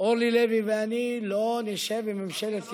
אורלי לוי ואני לא נשב בממשלת נתניהו.